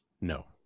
No